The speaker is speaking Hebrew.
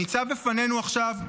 שניצב בפנינו עכשיו,